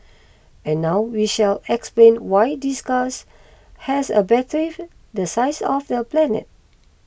and now we shall explain why this guys has a battery the size of a planet